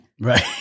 Right